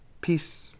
peace